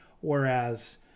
whereas